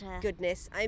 goodness